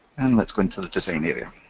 and let's go into the design area.